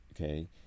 okay